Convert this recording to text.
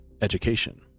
education